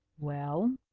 well,